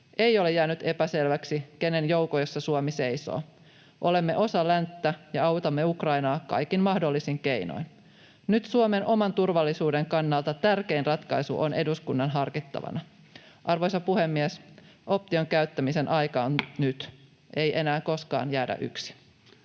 Ei ole jäänyt epäselväksi, kenen joukoissa Suomi seisoo. Olemme osa länttä ja autamme Ukrainaa kaikin mahdollisin keinoin. Nyt Suomen oman turvallisuuden kannalta tärkein ratkaisu on eduskunnan harkittavana. Arvoisa puhemies! Option käyttämisen aika on nyt. Ei enää koskaan jäädä yksin.